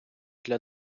для